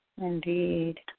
Indeed